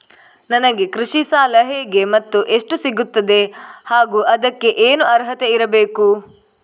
ನನಗೆ ಕೃಷಿ ಸಾಲ ಹೇಗೆ ಮತ್ತು ಎಷ್ಟು ಸಿಗುತ್ತದೆ ಹಾಗೂ ಅದಕ್ಕೆ ಏನು ಅರ್ಹತೆ ಇರಬೇಕು?